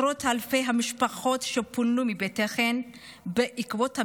עשרות אלפי המשפחות שפונו מבתיהן בעקבות המלחמה,